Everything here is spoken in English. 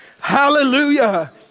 Hallelujah